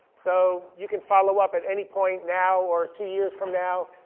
so you can follow up at any point now, or two years from now,